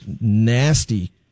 nasty